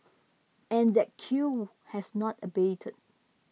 and that queue has not abated